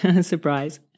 surprise